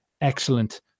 excellent